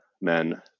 men